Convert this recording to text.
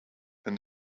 than